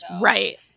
right